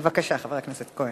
בבקשה, חבר הכנסת כהן.